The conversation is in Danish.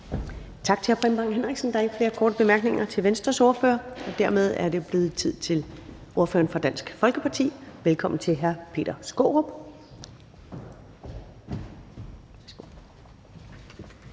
Tak til hr. Preben Bang Henriksen. Der er ikke flere korte bemærkninger til Venstres ordfører, og dermed er det blevet tid til ordføreren for Dansk Folkeparti. Velkommen til hr. Peter Skaarup.